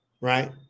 right